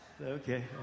Okay